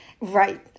Right